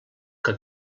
que